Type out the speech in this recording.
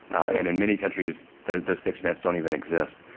and in many countries, the safety nets don't even exist.